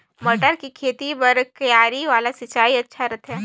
मटर के खेती बर क्यारी वाला सिंचाई अच्छा रथे?